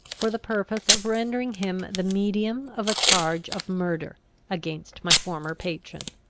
for the purpose of rendering him the medium of a charge of murder against my former patron.